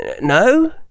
no